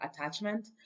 Attachment